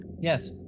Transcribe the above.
Yes